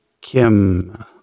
Kim